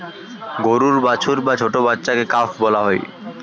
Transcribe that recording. গরুর বাছুর বা ছোট্ট বাচ্ছাকে কাফ বলা হয়